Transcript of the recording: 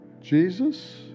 Jesus